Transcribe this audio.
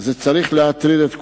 זה צריך להטריד את כולנו,